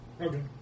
Okay